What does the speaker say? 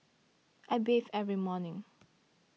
I bathe every morning